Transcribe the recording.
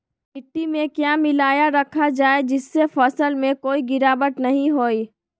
मिट्टी में क्या मिलाया रखा जाए जिससे फसल में कोई गिरावट नहीं होई?